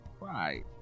Right